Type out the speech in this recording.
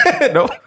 No